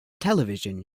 television